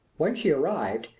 when she arrived,